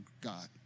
god